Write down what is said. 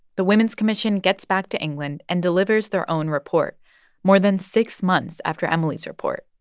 the women's commission gets back to england and delivers their own report more than six months after emily's report.